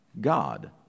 God